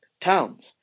towns